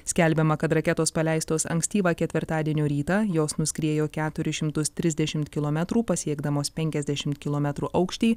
skelbiama kad raketos paleistos ankstyvą ketvirtadienio rytą jos nuskriejo keturis šimtus trisdešim kilometrų pasiekdamos penkiasdešim kilometrų aukštį